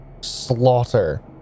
slaughter